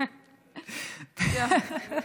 ממשלת שינוי.